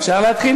אפשר להתחיל?